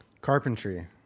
Carpentry